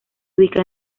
ubica